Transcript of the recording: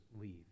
leave